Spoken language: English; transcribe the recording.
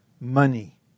money